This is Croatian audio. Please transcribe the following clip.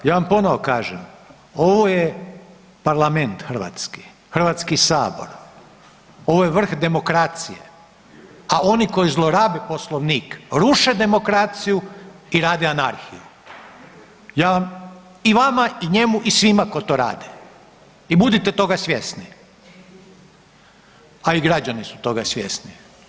Ja vam ponovo kažem ovo je parlament hrvatski, Hrvatski sabor, ovo je vrh demokracije, a oni koji zlorabe Poslovnik ruše demokraciju i rade anarhiju ja vam, i vama i njemu i svima koji to rade i budite toga svjesni, a i građani su toga svjesni.